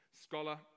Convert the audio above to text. Scholar